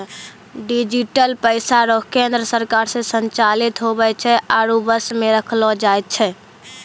digital पैसा रो केन्द्र सरकार से संचालित हुवै छै आरु वश मे रखलो जाय छै